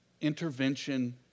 intervention